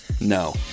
no